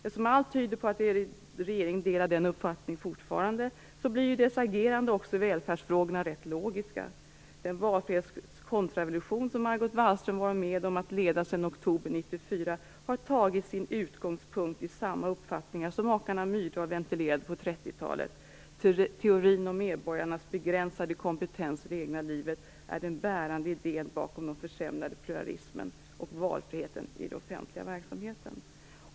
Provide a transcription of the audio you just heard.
Eftersom allt tyder på att regeringen fortfarande delar den uppfattningen, blir dess agerande i välfärdsfrågorna också rätt logiskt. Den valfrihetskontrarevolution som Margot Wallström varit med om att leda sedan i oktober 1994 har tagit sin utgångspunkt i samma uppfattningar som makarna Myrdal ventilerade på 1930-talet. Teorin om medborgarnas begränsade kompetens i fråga om det egna livet är den bärande idén bakom den försämrade pluralismen och valfriheten i den offentliga verksamheten.